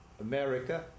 America